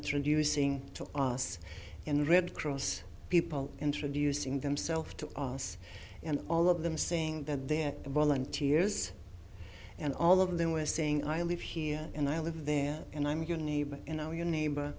introducing to us in red cross people introducing themself to us and all of them saying that they're volunteers and all of them were saying i live here and i live there and i'm your neighbor you know your neighbor